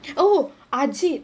oh ajit